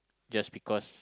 just because